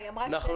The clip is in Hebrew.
היא אמרה שמא.